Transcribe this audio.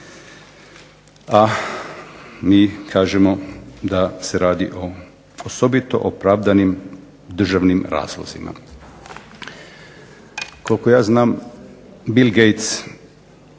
A mi kažemo da se radi o osobito opravdanim državnim razlozima. Koliko ja znam Bill Gates